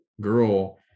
girl